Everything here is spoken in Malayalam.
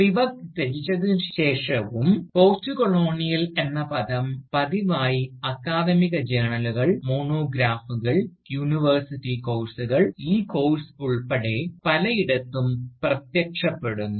സ്പിവക് ത്യജിച്ചതിനുശേഷവും പോസ്റ്റ്കോളോണിയൽ എന്ന പദം പതിവായി അക്കാദമിക് ജേണലുകൾ മോണോഗ്രാഫുകൾ യൂണിവേഴ്സിറ്റി കോഴ്സുകൾ ഈ കോഴ്സ് ഉൾപ്പെടെ പലയിടത്തും പ്രത്യക്ഷപ്പെടുന്നു